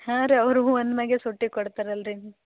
ಹಾಂ ರೀ ಅವ್ರಿಗೂ ಒನ್ ಮ್ಯಾಗೆ ಸೂಟಿ ಕೊಡ್ತಾರೆ ಅಲ್ರಿ